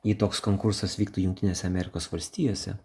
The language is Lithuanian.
jei toks konkursas vyktų jungtinėse amerikos valstijose